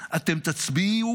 אתם תצביעו